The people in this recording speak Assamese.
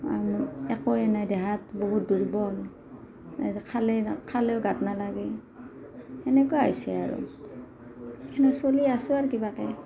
আৰু একোৱে নাই দেহাত বহুত দুৰ্বল আৰু খালে খালেও গাত নালাগে সেনেকুৱা হৈছে আৰু হেনে চলি আছোঁ আৰু কিবাকৈ